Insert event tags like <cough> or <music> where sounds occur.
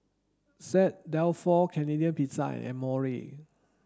Saint Dalfour Canadian Pizza and <unintelligible>